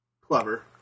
Clever